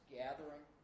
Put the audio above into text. gathering